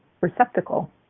receptacle